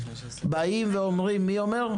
באים ואומרים, מי אומר?